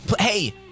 Hey